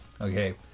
okay